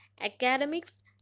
academics